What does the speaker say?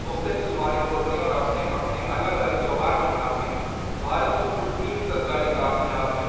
مختلف زبانیں بولتے ہیں اور اپنے اپنے الگ الگ تیوہار بھی مناتے ہیں بھارت میں کل تین سرکاری تعطیلات ہیں